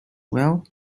being